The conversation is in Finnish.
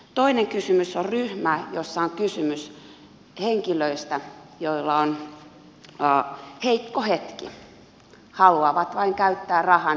toinen kysymys on ryhmä jossa on kysymys henkilöistä joilla on heikko hetki haluavat vain käyttää rahan johonkin mukavaan